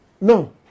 No